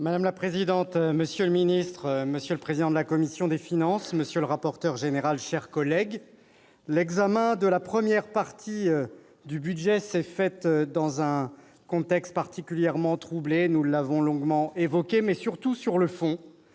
Madame la présidente, monsieur le secrétaire d'État, monsieur le président de la commission des finances, monsieur le rapporteur général, mes chers collègues, l'examen de la première partie du budget est intervenu dans un contexte particulièrement troublé, nous l'avons longuement évoqué. Surtout, sur le fond,